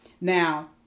Now